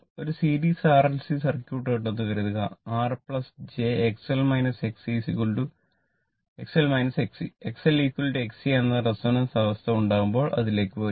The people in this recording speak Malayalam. ഒരു സീരീസ് RLC സർക്യൂട്ട് ഉണ്ടെന്ന് കരുതുക R j അവസ്ഥ ഉണ്ടാകുമ്പോൾ അതിലേക്ക് വരും